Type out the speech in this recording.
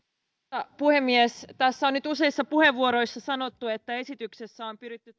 arvoisa puhemies tässä on nyt useissa puheenvuoroissa sanottu että esityksessä on pyritty